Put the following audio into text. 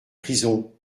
prisons